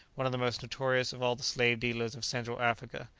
one of the most notorious of all the slave-dealers of central africa,